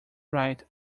right